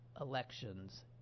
elections